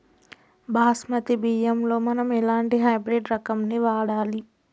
బాస్మతి బియ్యంలో మనం ఎలాంటి హైబ్రిడ్ రకం ని వాడాలి?